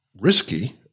risky